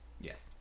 Yes